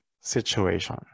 situation